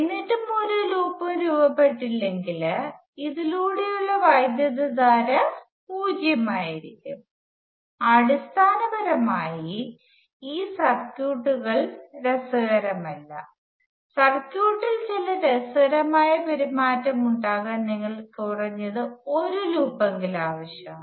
എന്നിട്ടും ഒരു ലൂപ്പും രൂപപ്പെട്ടിട്ടില്ലെങ്കിൽ ഇതിലൂടെയുള്ള വൈദ്യുതധാര പൂജ്യമായിരിക്കും അടിസ്ഥാനപരമായി ഈ സർക്യൂട്ടുകൾ രസകരമല്ല സർക്യൂട്ടിൽ ചില രസകരമായ പെരുമാറ്റം ഉണ്ടാകാൻ നിങ്ങൾക്ക് കുറഞ്ഞത് ഒരു ലൂപ്പെങ്കിലും ആവശ്യമാണ്